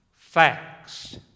Facts